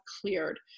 cleared